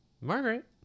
Margaret